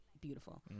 beautiful